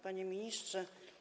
Panie Ministrze!